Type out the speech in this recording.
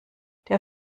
der